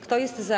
Kto jest za?